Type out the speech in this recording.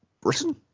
Britain